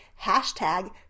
hashtag